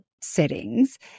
settings